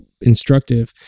instructive